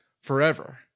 Forever